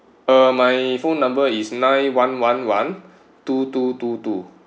uh my phone number is nine one one one two two two two